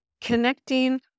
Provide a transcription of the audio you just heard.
connecting